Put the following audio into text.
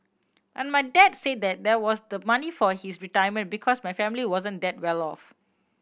but my dad said that that was the money for his retirement because my family wasn't that well off